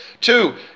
Two